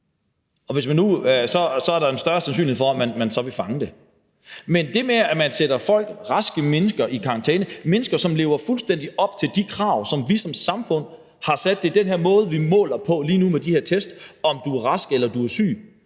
to gange. Så er der en større sandsynlighed for, at man ville fange det. Men så er der det med, at man sætter raske mennesker i karantæne – mennesker, som lever fuldstændig op til de krav, som vi som samfund har stillet. Det er med de her test, vi måler, om man er rask eller man er syg,